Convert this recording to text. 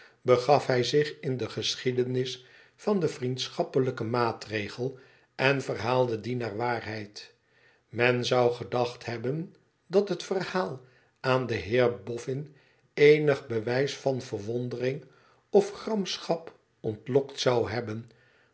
begaf hij zich in de geschiedenb van den vriendlschappehjken maatregel en verhaalde die naar waarheid men zou gedacht hebben dat het verhaal aan den heer bofn eenig bewijs van verwondering of gramschap ontlokt zou hebben